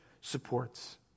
supports